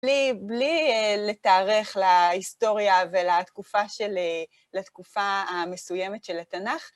בלי לתארך להיסטוריה ולתקופה ש.. לתקופה המסוימת של התנ״ך.